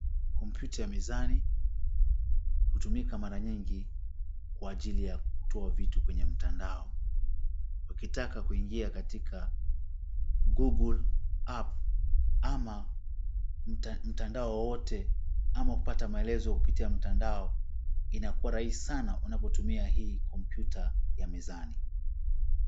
Kompyuta ya mezani hutumika mara nyingi kwa ajili ya kutoa vitu kwenye mtandao. Ukitaka kuingia katika Google app ama mtandao wowote ama kupata maelezo kupitia mtandao inakuwa rahisi sana unapotumia hii kompyuta ya mezani.